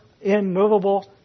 immovable